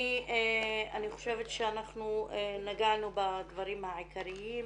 אני חושבת שאנחנו נגענו בדברים העיקריים.